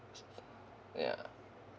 ya